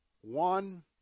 One